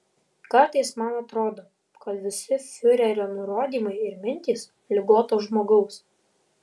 kartais man atrodo kad visi fiurerio nurodymai ir mintys ligoto žmogaus